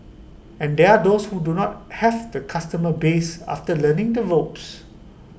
and there are those who do not have the customer base after learning the woes